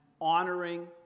honoring